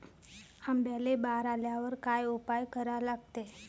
आंब्याले बार आल्यावर काय उपाव करा लागते?